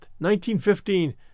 1915